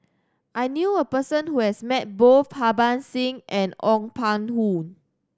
I knew a person who has met both Harbans Singh and Ong Pang Who